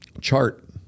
chart